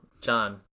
john